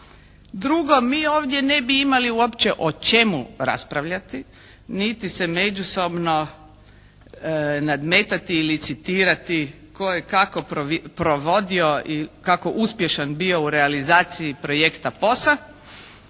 Drugo, mi ovdje ne bi imali uopće o čemu raspravljati niti se međusobno nadmetati i licitirati tko je kako provodio i kako uspješan bio u realizaciji projekta POS-a